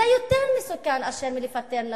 זה יותר מסוכן מאשר לפטר נשים,